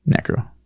Necro